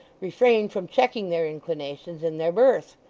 refrain from checking their inclinations in their birth.